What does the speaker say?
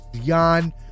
yan